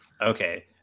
Okay